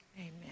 Amen